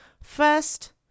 First